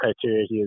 criteria